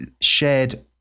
shared